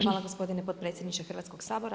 Hvala gospodine potpredsjedniče Hrvatskog sabora.